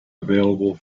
available